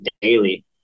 daily